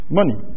money